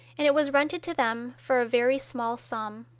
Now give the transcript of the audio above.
and it was rented to them for a very small sum,